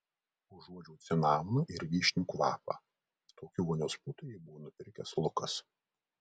užuodžiau cinamono ir vyšnių kvapą tokių vonios putų jai buvo nupirkęs lukas